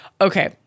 Okay